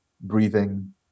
breathing